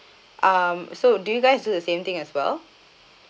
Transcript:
um so do you guys do the same thing as well